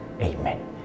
Amen